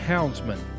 Houndsman